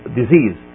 disease